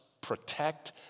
protect